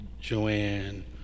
Joanne